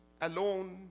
alone